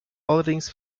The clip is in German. allerdings